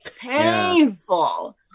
painful